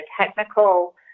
technical